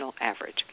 average